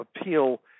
appeal